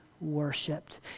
worshipped